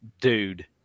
dude